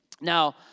Now